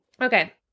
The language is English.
Okay